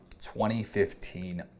2015